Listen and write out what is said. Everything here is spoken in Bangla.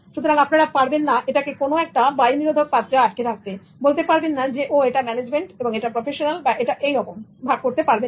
সুতরাং আপনারা পারবেন না এটাকে কোনো একটা বায়ু নিরোধক পাত্রে আটকে রাখতে বলতে পারবেন না যে ও এটা ম্যানেজমেন্ট এবং এটা প্রফেশনাল এবং এটা এই এরকম ভাগ করতে পারবেন না